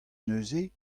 neuze